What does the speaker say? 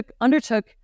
undertook